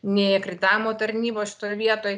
nei akreditavimo tarnybos šitoj vietoj